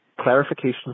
clarification